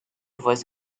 voice